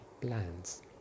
plans